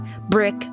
brick